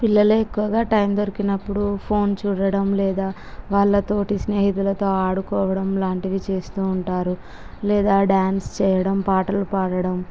పిల్లలు ఎక్కువగా టైం దొరికినప్పుడు ఫోన్ చూడటం లేదా వాళ్ళ తోటి స్నేహితులతో ఆడుకోవటం లాంటివి చేస్తూ ఉంటారు లేదా డాన్స్ చెయ్యటం పాటలు పాడటం